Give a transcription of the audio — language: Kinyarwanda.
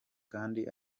kandi